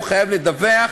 הוא חייב לדווח,